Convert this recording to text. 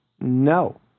no